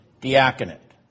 diaconate